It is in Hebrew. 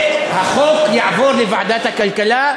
החוק יעבור לוועדת הכלכלה,